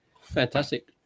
Fantastic